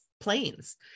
planes